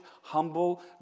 humble